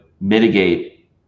mitigate